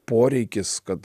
poreikis kad